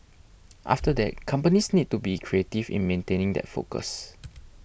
after that companies need to be creative in maintaining that focus